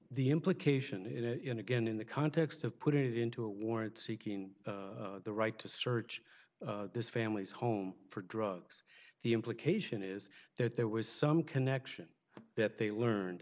the implication is in again in the context of put it into a warrant seeking the right to search this family's home for drugs the implication is that there was some connection that they learned